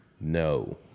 No